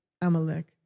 Amalek